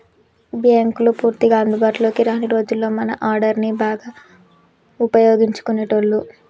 బ్యేంకులు పూర్తిగా అందుబాటులోకి రాని రోజుల్లో మనీ ఆర్డర్ని బాగా వుపయోగించేటోళ్ళు